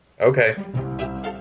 okay